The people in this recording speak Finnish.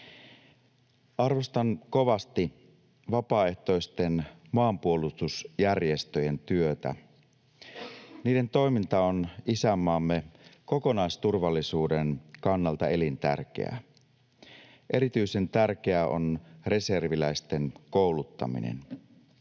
Arvostan kovasti vapaaehtoisten maanpuolustusjärjestöjen työtä. Niiden toiminta on isänmaamme kokonaisturvallisuuden kannalta elintärkeää. Erityisen tärkeää on reserviläisten kouluttaminen.